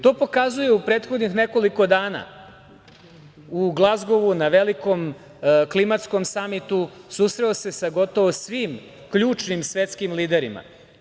To pokazuju u prethodnih nekoliko dana u Glazgovu na velikom klimatskom samitu susreo se sa gotovo svim ključnim, svetskim liderima.